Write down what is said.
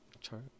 Chart